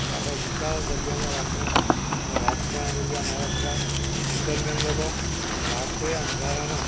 એ આખા વિશાળ દરિયામાં રાતના રાતના પછી અમારા બધા ફિસરમેન લોકો રાત્રે અંધારામાં